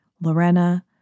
Lorena